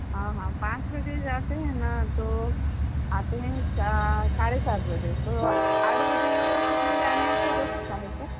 हाँ हाँ पाँच बजे जाते हैं ना तो आते हैं सा साढ़े सात बजे तो आठ बजे योगा सीखने जाने से हो सकता है क्या